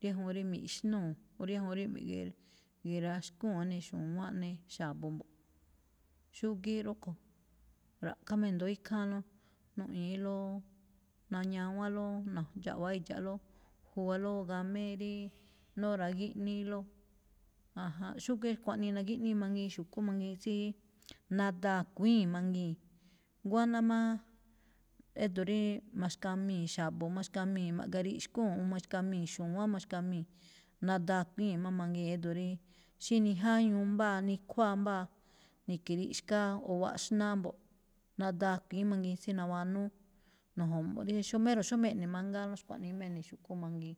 diéjuun rí mi̱ꞌxnúu̱ o rie̱juun rí miegue- raxkúu̱n áni xu̱wánꞌ aꞌne xa̱bo̱ mbo̱ꞌ. Xúgíí rúꞌkho̱, ra̱ꞌkhá má i̱ndo̱ó ikháánlóꞌ nuꞌñi̱íló, nañawánlóꞌ, na̱ndxa̱ꞌwa̱á idxa̱ꞌlóꞌ juwa gamíi rí nóra̱ gíꞌnííló, aján. Xúgíí xkuaꞌnii nagíꞌníí mangiin xu̱kú mangiin tsíí nadaa̱ a̱kuíi̱n mangii̱n. Nguáná máá édo̱ rí maxkamii̱ xa̱bo̱, maxkamii̱, ma̱ꞌgariꞌxkúu̱n u maxkamii̱ xu̱wán maxkamii̱, nadaa a̱kuíi̱n má mangii̱n édo̱ rí, xí nijáñuu mbáa, nikhuáa mbáa, ni̱ke̱riꞌxkáá o waꞌxnáá mbo̱ꞌ, nadaa a̱kui̱ín mangaa tsí nawanúú, na̱ju̱mu̱ꞌ rí xóo mero̱ xómá e̱ꞌne mangáánló, xkuaꞌnii má ene̱ xu̱kú mangiin.